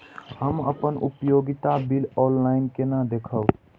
हम अपन उपयोगिता बिल ऑनलाइन केना देखब?